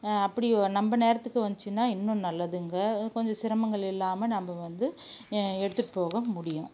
அப்படி நம்ம நேரத்துக்கு வந்துச்சின்னால் இன்னும் நல்லதுங்க கொஞ்சம் சிரமங்கள் இல்லாமல் நம்ம வந்து எடுத்துகிட்டு போக முடியும்